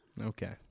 Okay